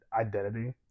identity